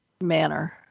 manner